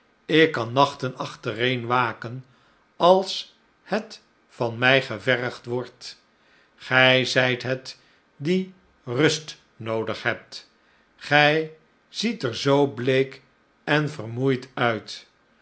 ik kan nachten achtereen waken als het van mij gevergd wordt gij zijt het die rust noodig hebt gij ziet er zoo bleek en vermoeid uit